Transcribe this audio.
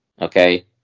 Okay